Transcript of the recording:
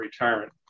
retirement